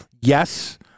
yes